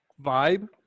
vibe